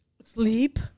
Sleep